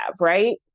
right